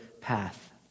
path